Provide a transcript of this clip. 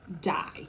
die